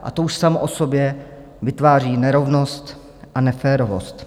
A to už samo o sobě vytváří nerovnost a neférovost.